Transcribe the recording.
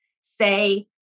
say